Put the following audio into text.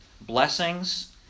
blessings